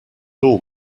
all